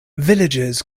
villagers